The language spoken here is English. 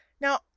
Now